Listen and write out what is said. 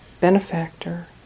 benefactor